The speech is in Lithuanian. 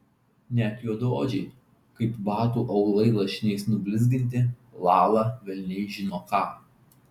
net juodaodžiai kaip batų aulai lašiniais nublizginti lala velniai žino ką